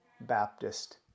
Baptist